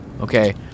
okay